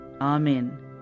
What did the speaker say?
Amen